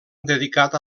dedicat